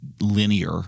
linear